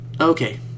Okay